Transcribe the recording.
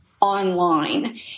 online